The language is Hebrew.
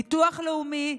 ביטוח לאומי,